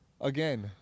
Again